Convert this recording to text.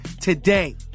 today